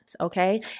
Okay